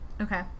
Okay